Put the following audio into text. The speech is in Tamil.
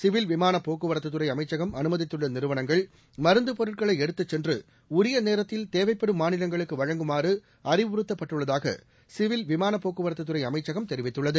சிவில் விமானப் போக்குவரத்துத்துறைஅமைச்சகம் அனுமதித்துள்ளநிறுவனங்கள் மருந்தப் பொருட்களைஎடுத்துசென்றுஉரியநேரத்தில் தேவைப்படும் மாநிலங்களுக்குவழங்குமாறுஅறிவுறுத்தப்பட்டுள்ளதாகசிவில் விமானப் போக்குவரத்துத்துறைஅமைச்சகம் தெரிவித்துள்ளது